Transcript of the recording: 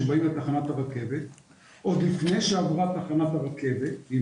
שבאים לתחנת הרכבת עוד לפני שעברה תחנת הרכבת ממיקומה